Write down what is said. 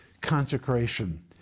consecration